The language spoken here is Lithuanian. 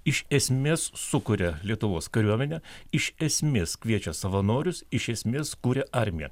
iš esmės sukuria lietuvos kariuomenę iš esmės kviečia savanorius iš esmės kuria armiją